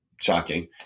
shocking